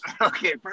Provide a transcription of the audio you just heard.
Okay